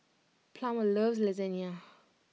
Plummer loves Lasagna